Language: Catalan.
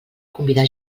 convidar